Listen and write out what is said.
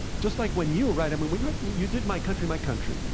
just like when you, right, i mean, when you you did my country, my country,